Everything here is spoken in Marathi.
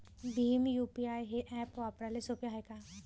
भीम यू.पी.आय हे ॲप वापराले सोपे हाय का?